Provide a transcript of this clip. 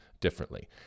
differently